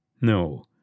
No